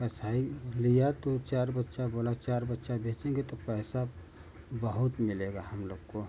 कसाई लिया तो चार बच्चे बोला चार बच्चे बेचेंगे तो पैसा बहुत मिलेगा हम लोग को